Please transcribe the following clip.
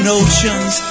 oceans